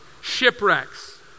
shipwrecks